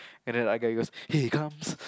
and then the other guy goes hey comes